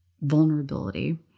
vulnerability